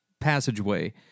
passageway